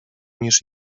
niż